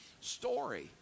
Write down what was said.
story